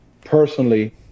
personally